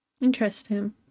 interesting